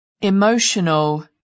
emotional